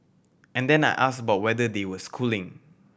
and then I asked about whether they were schooling